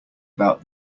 about